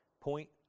Point